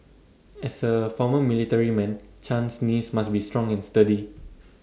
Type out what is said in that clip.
as A former military man Chan's knees must be strong and sturdy